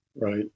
Right